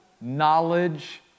knowledge